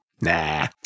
Nah